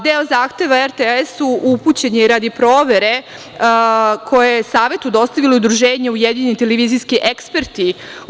Deo zahteva RTS-u upućen je i radi provere koju je Savetu dostavilo i Udruženje „Ujedinjeni televizijski eksperti“